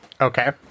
Okay